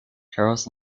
charles